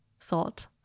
thought